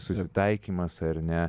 susitaikymas ar ne